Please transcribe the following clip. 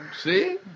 See